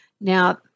Now